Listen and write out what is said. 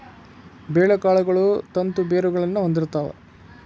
ಬೇಳೆಕಾಳುಗಳು ತಂತು ಬೇರುಗಳನ್ನಾ ಹೊಂದಿರ್ತಾವ